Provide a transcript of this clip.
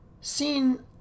seen